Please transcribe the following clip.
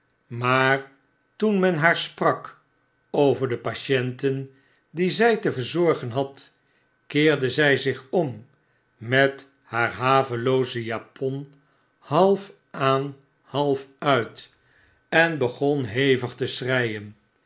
maar toen men haar sprak over de patientep die zjj te verzorgen had keerde zjj zich om met haar havelooze japon half aan half uit en begon hevig te schreien